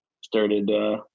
started